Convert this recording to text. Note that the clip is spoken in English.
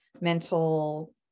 mental